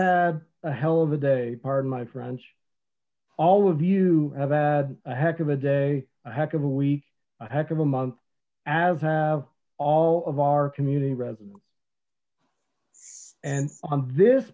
had a hell of a day pardon my french all of you have had a heck of a day a heck of a week a heck of a month as have all of our community residents and on this